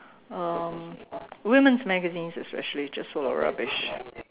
um women's magazines especially just full of rubbish